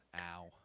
Ow